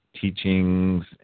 teachings